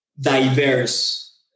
diverse